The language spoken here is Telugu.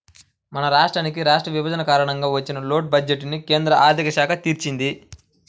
మన రాష్ట్రానికి రాష్ట్ర విభజన కారణంగా వచ్చిన లోటు బడ్జెట్టుని కేంద్ర ఆర్ధిక శాఖ తీర్చింది